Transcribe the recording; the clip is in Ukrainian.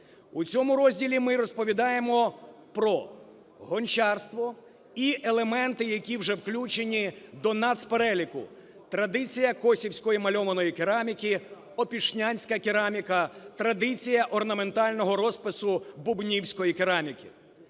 У цьому розділі ми розповідаємо про гончарство і елементи, які вже включені донацпереліку: традиція косівської мальованої кераміки, опішнянська кераміка, традиція орнаментального розпису бубнівської кераміки,